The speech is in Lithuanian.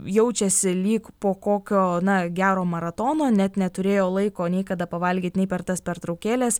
jaučiasi lyg po kokio na gero maratono net neturėjo laiko nei kada pavalgyt nei per tas pertraukėles